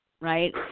right